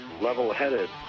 level-headed